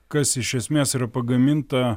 kas iš esmės yra pagaminta